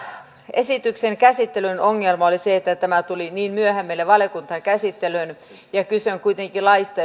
esityksen käsittelyn ongelma oli se että että tämä tuli niin myöhään meille valiokuntaan käsittelyyn ja kyse on kuitenkin laista